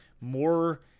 more